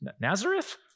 Nazareth